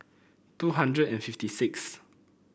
two hundred and fifty sixth